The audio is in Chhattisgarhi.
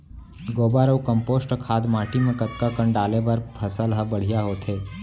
गोबर अऊ कम्पोस्ट खाद माटी म कतका कन डाले बर फसल ह बढ़िया होथे?